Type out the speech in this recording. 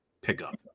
pickup